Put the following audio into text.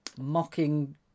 mocking